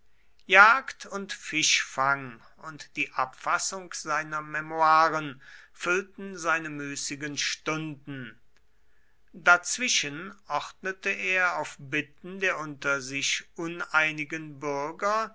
jagd und fischfang und die abfassung seiner memoiren füllten seine müßigen stunden dazwischen ordnete er auf bitten der unter sich uneinigen bürger